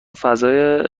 فضای